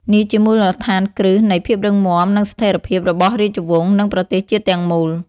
នេះជាមូលដ្ឋានគ្រឹះនៃ ភាពរឹងមាំ និងស្ថិរភាព របស់រាជវង្ស និងប្រទេសជាតិទាំងមូល។